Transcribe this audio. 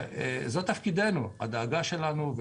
זה תפקידנו והדאגה שלנו.